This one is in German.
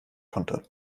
konnte